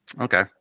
Okay